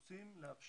ואני מדבר על קרובי